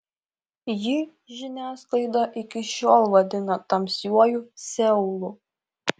jį žiniasklaida iki šiol vadina tamsiuoju seulu